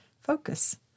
Focus